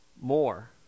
more